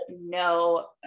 No